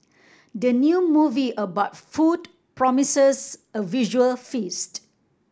the new movie about food promises a visual feast